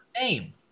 name